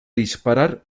disparar